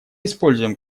используем